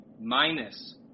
minus